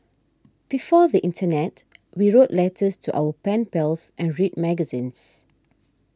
before the internet we wrote letters to our pen pals and read magazines